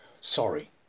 Sorry